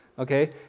Okay